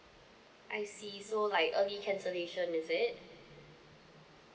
I see so like early cancellation is it